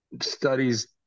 studies